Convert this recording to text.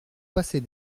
passer